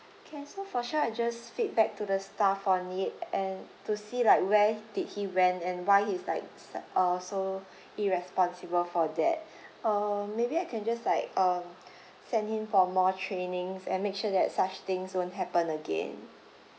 can so for sure I'll just feedback to the stsff on it and to see like where did he went and why he's like s~ uh so irresponsible for that uh maybe I can just like um send him for more trainings and make sure that such things won't happen again